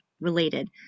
related